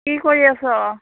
কি কৰি আছ